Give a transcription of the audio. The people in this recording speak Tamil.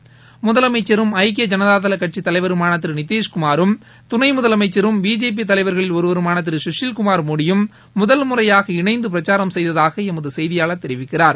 கட்சித் முதலமைச்சரும் தலைவருமான ஜக்கிய ஐனதாதள் திரு நிதிஷ்குமாரும் துணை முதலமைச்சரும் பிஜேபி தலைவா்களில் ஒருவருமான திரு கசில்குமார் மோடியும் முதல் முறையாக இணைந்து பிரச்சாரம் செய்ததாக எமது செய்தியாளர் தெரிவிக்கிறார்